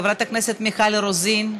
חברת הכנסת מיכל רוזין,